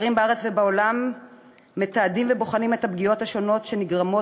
מחקרים בארץ ובעולם מתעדים ובוחנים את הפגיעות השונות שנגרמות